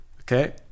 okay